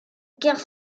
guerre